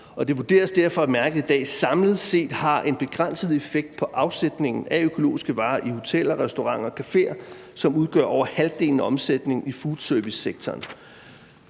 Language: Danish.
det vurderes derfor, at mærket i dag samlet set har en begrænset effekt på afsætning af økologiske varer til hoteller, restauranter og caféer, som udgør over halvdelen af omsætningen i foodservicesektoren.